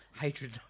hatred